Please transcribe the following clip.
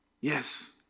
Yes